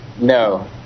No